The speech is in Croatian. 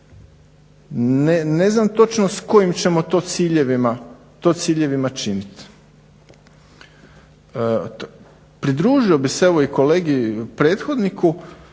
ne znam točno s kojim ćemo to ciljevima činiti. Pridružio bih se evo i kolegi prethodniku,